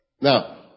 Now